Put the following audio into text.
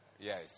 Yes